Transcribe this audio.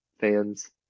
fans